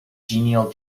genial